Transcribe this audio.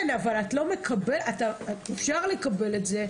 כן, אבל את לא מקבלת את זה בדרך שאפשר לקבל את זה,